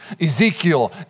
Ezekiel